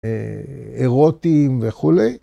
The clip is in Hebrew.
איירוטים וכולי